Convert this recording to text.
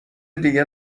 دیگه